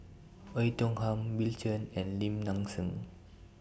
Oei Tiong Ham Bill Chen and Lim Nang Seng